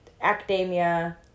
academia